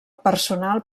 personal